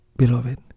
Beloved